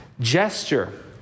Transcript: gesture